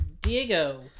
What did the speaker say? diego